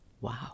Wow